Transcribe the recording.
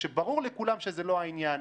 כשברור לכולם שזה לא העניין,